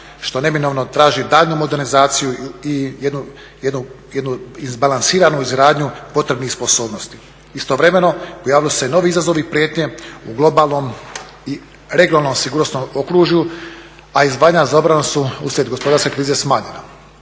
što neminovno traži daljnju modernizaciju i jednu izbalansiranu izgradnju potrebnih sposobnosti. Istovremeno pojavili su se novi izazovi i prijetnje u globalnom i regionalnom sigurnosnom okružju, a izdvajanja za obranu su uslijed gospodarske krize smanjena.